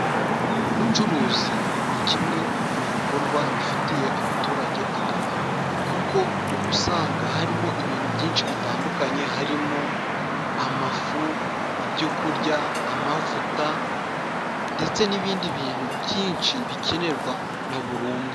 Ubucuruzi ni kimwe mu bikorwa bifitiye abaturage akamaro kuko uba usanga harimo ibintu byinshi bitandukanye harimo: amafu, ibyo kurya, amavuta ndetse n'ibindi bintu byinshi bikenerwa na buri umwe.